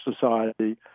Society